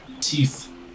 teeth